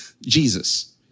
Jesus